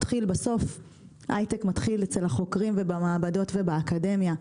הייטק מתחיל אצל החוקרים ובמעבדות ובאקדמיה,